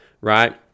right